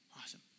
Awesome